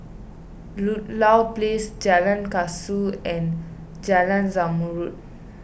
Ludlow Place Jalan Kasau and Jalan Zamrud